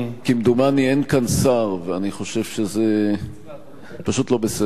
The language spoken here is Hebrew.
שכמדומני אין כאן שר, ואני חושב שזה לא בסדר.